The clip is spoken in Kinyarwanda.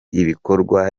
ibikorwa